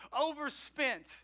overspent